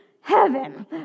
Heaven